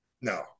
no